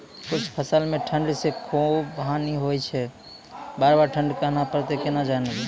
कुछ फसल मे ठंड से खूब हानि होय छैय ई बार ठंडा कहना परतै केना जानये?